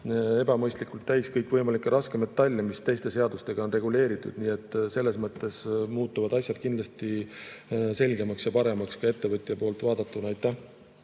ebamõistlikult täis kõikvõimalikke raskmetalle, mis teiste seadustega on reguleeritud. Nii et selles mõttes muutuvad asjad kindlasti selgemaks ja paremaks ka ettevõtja poolt vaadatuna. Aitäh!